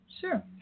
Sure